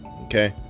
Okay